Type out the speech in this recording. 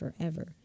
forever